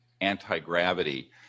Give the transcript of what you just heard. anti-gravity